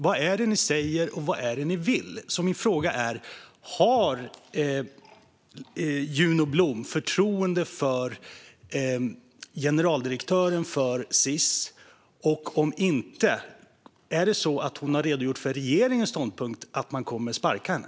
Vad är det ni säger, och vad är det ni vill? Min fråga är: Har Juno Blom förtroende för generaldirektören för Sis, och, om inte, är det regeringens ståndpunkt hon har redogjort för, nämligen att man kommer att sparka henne?